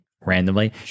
randomly